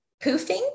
poofing